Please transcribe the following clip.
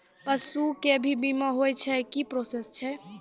पसु के भी बीमा होय छै, की प्रोसेस छै?